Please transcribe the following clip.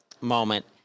moment